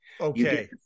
Okay